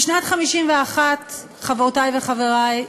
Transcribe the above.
בשנת 1951, חברותי וחברי,